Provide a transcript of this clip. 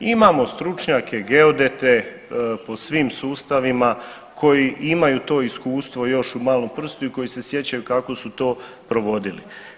Imamo stručnjake geodete po svim sustavima koji imaju to iskustvo još u malom prstu i koji se sjećaju kako su to provodili.